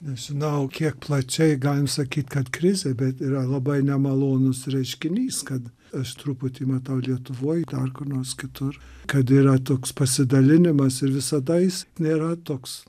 nežinau kiek plačiai galim sakyt kad krizė bet yra labai nemalonus reiškinys kad aš truputį matau lietuvoj dar kur nors kitur kad yra toks pasidalinimas ir visada jis nėra toks